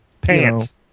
Pants